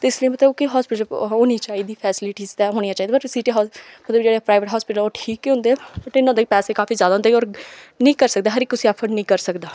ते इसलिए मतलब कि हास्पिटल होनी चाहिदी फैसीलिटिस ते होनियां चाहिदियां मतलब सिटी मतलब जेह्ड़े प्राइवेट हास्पिटल ओह् ठीक ही होंदे बट उं'दे पैसे ज्यादा काफी होंदे ते होर नेईं करी सकदे हर कुसै गी ऐफोर्ड नेईं करी सकदा